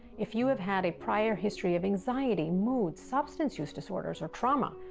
if you have had a prior history of anxiety, mood, substance use disorders or trauma,